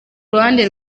ruhande